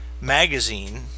magazine